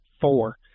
four